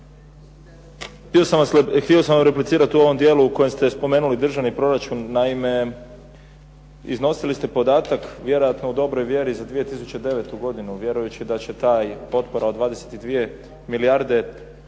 Htio sam vam replicirati u ovom dijelu u kojem ste spomenuli državni proračun, naime iznosili ste podatak, vjerojatno u dobroj vjeri, za 2009. godinu, vjerujući da će ta potpora od 22 milijarde,